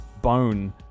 bone